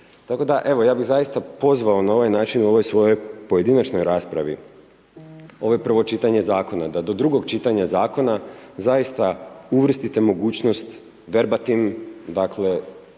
Tako da evo, ja bih zaista pozvao na ovaj način u ovoj svojoj pojedinačnoj raspravi, ovo je prvo čitanje Zakona, da do drugog čitanja Zakona zaista uvrstite mogućnost verbatim dakle,